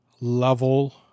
level